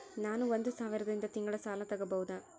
ನಾನು ಒಂದು ಸಾವಿರದಿಂದ ತಿಂಗಳ ಸಾಲ ತಗಬಹುದಾ?